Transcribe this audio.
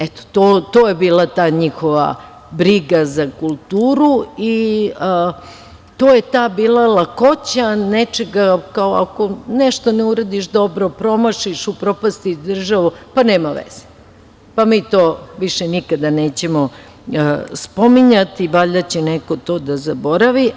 Eto, to je bila ta njihova briga za kulturu i to je bila ta lakoća, ako nešto ne uradiš dobro, promašiš, upropastiš državu, pa nema veze, mi to više nikada nećemo spominjati, valjda će neko to da zaboravi.